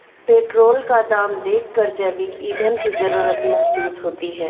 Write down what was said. petrol का दाम देखकर जैविक ईंधन की जरूरत महसूस होती है